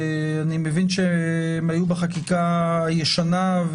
אני מבין שהן היו בחקיקה הישנה,